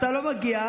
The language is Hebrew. אתה לא מגיע.